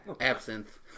Absinthe